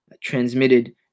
transmitted